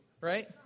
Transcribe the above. right